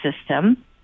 system